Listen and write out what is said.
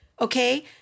okay